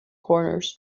corners